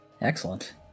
Excellent